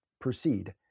proceed